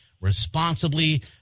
responsibly